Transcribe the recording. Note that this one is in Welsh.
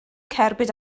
cerbyd